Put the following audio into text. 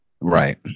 Right